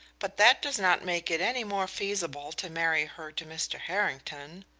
but that does not make it any more feasible to marry her to mr. harrington.